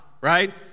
right